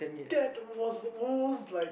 that was almost like